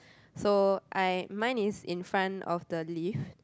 so I mine is in front of the lift